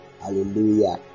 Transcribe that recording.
Hallelujah